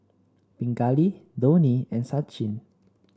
Pingali Dhoni and Sachin